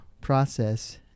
process